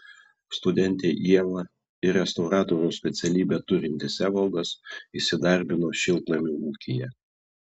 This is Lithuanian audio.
studentė ieva ir restauratoriaus specialybę turintis evaldas įsidarbino šiltnamių ūkyje